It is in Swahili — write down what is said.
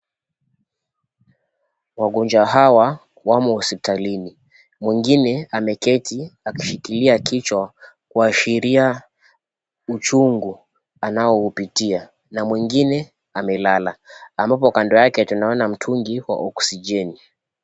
Wagonjwa hawa wamo hospitalini. Mwingine ameketi akishikilia kichwa kuashiria uchungu anaoupitia na mwingine amelala, ambapo kando yake tunaona mtungi wa oxygeni.